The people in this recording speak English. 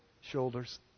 shoulders